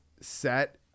set